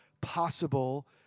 possible